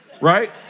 right